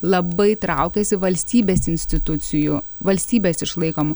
labai traukiasi valstybės institucijų valstybės išlaikomų